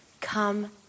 come